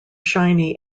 shiny